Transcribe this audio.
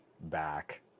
back